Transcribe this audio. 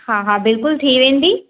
हा हा बिल्कुलु थी वेंदी